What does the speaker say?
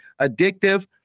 addictive